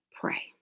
pray